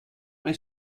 mijn